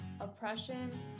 oppression